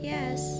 Yes